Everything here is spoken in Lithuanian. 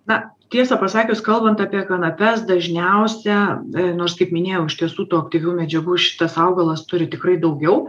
na tiesą pasakius kalbant apie kanapes dažniausia nors kaip minėjau iš tiesų tų aktyvių medžiagų šitas augalas turi tikrai daugiau